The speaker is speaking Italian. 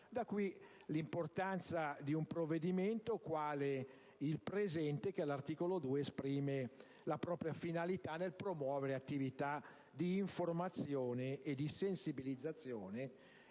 Da qui, l'importanza di un provvedimento quale il presente che, all'articolo 2, esprime la propria finalità nel promuovere attività di informazione e di sensibilizzazione